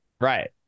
right